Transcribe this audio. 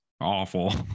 awful